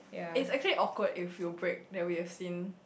it's actually awkward if you break then we've seen